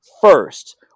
first